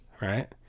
right